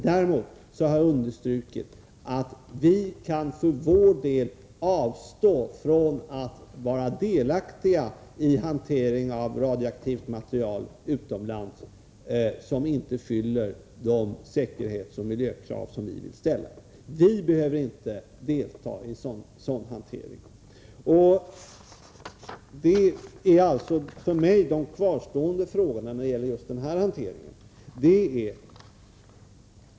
Däremot har jag understrukit att vi för vår del kan avstå från att vara delaktiga i en sådan hantering av radioaktivt material utomlands som inte fyller de säkerhetsoch miljökrav som vi vill ställa. De för mig kvarstående frågorna när det gäller denna hantering är: 1.